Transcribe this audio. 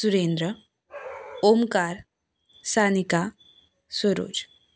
Surendra Omkar Sanika Suroj